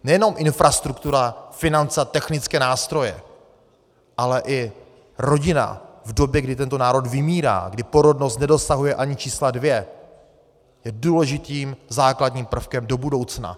Nejenom infrastruktura, finance a technické nástroje, ale i rodina v době, kdy tento národ vymírá, kdy porodnost nedosahuje ani čísla dvě, je důležitým základním prvkem do budoucna.